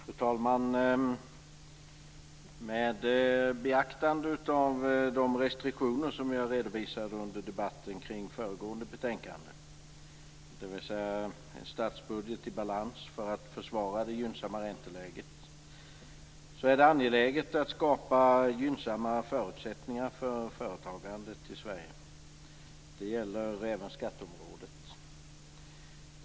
Fru talman! Med beaktande av de restriktioner som jag redovisade i debatten om föregående betänkande, dvs. en statsbudget i balans för att försvara det gynnsamma ränteläget, är det angeläget att skapa gynnsamma förutsättningar för företagandet i Sverige. Det gäller även skatteområdet.